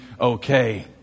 okay